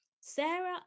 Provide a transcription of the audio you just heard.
Sarah